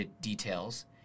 details